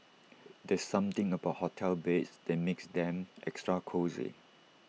there's something about hotel beds that makes them extra cosy